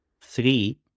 Three